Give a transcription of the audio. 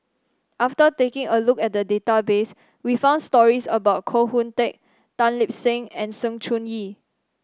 after taking a look at the database we found stories about Koh Hoon Teck Tan Lip Seng and Sng Choon Yee